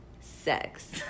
Sex